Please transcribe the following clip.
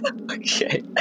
Okay